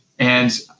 and,